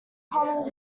commons